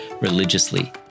religiously